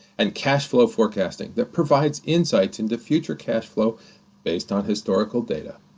and cashflow forecasting that provides insights into future cashflow based on historical data.